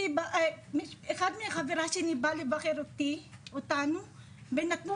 אחד מהחברות שלי באה לבקר אותנו ונתנו